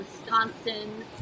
wisconsin